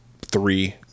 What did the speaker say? three